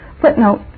Footnote